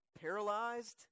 paralyzed